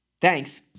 Thanks